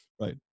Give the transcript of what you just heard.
right